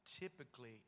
typically